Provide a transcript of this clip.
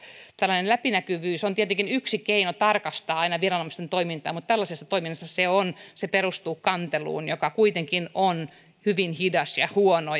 läpinäkyvyys on tietenkin aina yksi keino tarkastaa viranomaisten toimintaa mutta tällaisessa toiminnassa se perustuu kanteluun joka kuitenkin on hyvin hidas ja huono